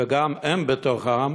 וגם הם בתוכם,